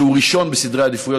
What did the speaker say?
שהוא ראשון בסדרי העדיפויות,